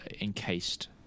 encased